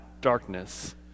darkness